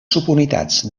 subunitats